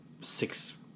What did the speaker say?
six